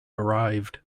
arrived